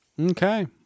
Okay